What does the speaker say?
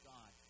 God